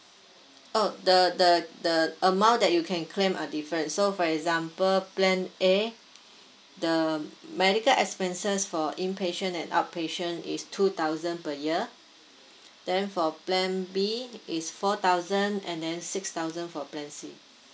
oh the the the amount that you can claim are different so for example plan A the medical expenses for impatient and outpatient is two thousand per year then for plan B is four thousand and then six thousand for plan C